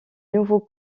nouveau